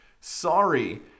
Sorry